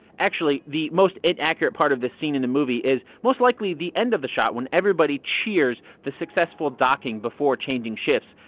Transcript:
actually the most inaccurate part of this scene in the movie is most likely the end of the shot when everyone cheers the successful docking before changing shifts.